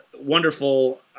wonderful